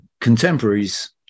Contemporaries